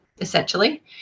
essentially